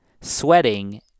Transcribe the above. sweating